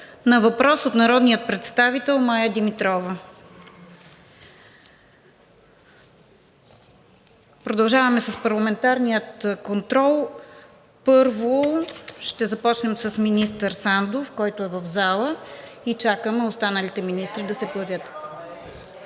на въпрос от народния представител Мая Димитрова. Продължаваме с парламентарния контрол. Първо ще започнем с министър Сандов, който е в залата, и чакаме останалите министри да се появят.